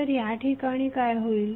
तर या ठिकाणी काय होईल